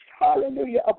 hallelujah